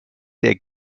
der